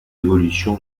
évolution